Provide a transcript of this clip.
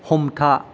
हमथा